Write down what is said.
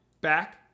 back